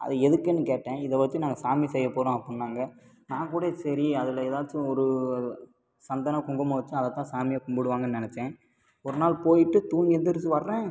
அது எதுக்குன்னு கேட்டேன் இதை வச்சு நாங்கள் சாமி செய்ய போகிறோம் அப்படின்னாங்க நான் கூட சரி அதில் ஏதாச்சும் ஒரு சந்தன குங்குமம் வச்சு அதை தான் சாமியாக கும்புடுவாங்கன்னு நினைச்சேன் ஒரு நாள் போய்ட்டு தூங்கி எழுந்திரிச்சி வர்றேன்